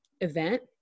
event